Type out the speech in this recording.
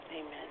Amen